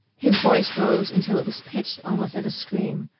his voice rose until it was pitched almost at a scream.